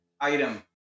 item